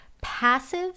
passive